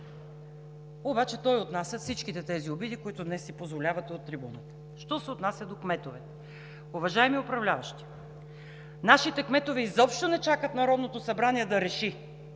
обаче той отнася всичките тези обиди, които днес си позволявате от трибуната. Що се отнася до кметовете, уважаеми управляващи, нашите кметове изобщо не чакат Народното събрание да реши